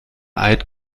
eid